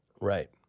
Right